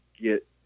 get